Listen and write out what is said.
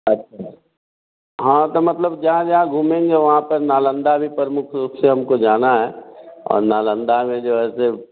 अच्छा हाँ तो मतलब जहाँ जहाँ घूमेंगे वहाँ पर नालंदा भी प्रमुख रूप से हमको जाना है और नालंदा में जो है से